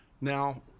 now